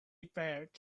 repaired